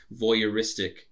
voyeuristic